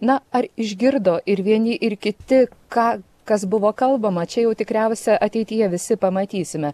na ar išgirdo ir vieni ir kiti ką kas buvo kalbama čia jau tikriausia ateityje visi pamatysime